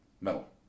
Metal